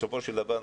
בסופו של דבר,